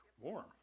warm